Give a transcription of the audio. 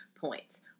points